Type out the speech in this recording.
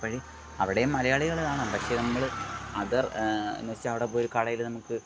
അപ്പഴ് അവിടേയും മലയാളികൾ കാണും പക്ഷെ നമ്മൾ അദർ എന്നുവച്ചാൽ അവിടെ ഒരു കടയിൽ പോയിട്ട് നമുക്ക്